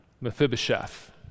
Mephibosheth